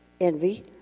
Envy